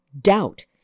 doubt